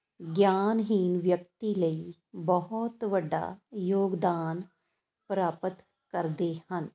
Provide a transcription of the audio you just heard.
ਗਿਆਨਹੀਨ ਵਿਅਕਤੀ ਲਈ ਬਹੁਤ ਵੱਡਾ ਯੋਗਦਾਨ ਪ੍ਰਾਪਤ ਕਰਦੇ ਹਨ